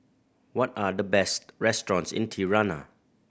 what are the best restaurants in Tirana